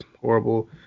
horrible